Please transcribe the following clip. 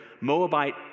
Moabite